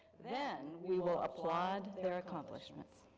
then we will applaud their accomplishments.